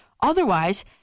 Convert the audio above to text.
Otherwise